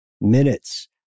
minutes